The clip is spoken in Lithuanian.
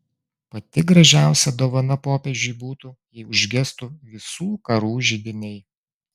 pati gražiausia dovana popiežiui būtų jei užgestų visų karų židiniai